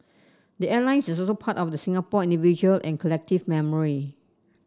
the airline is also part of the Singapore individual and collective memory